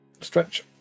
stretch